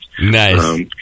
Nice